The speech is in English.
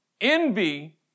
Envy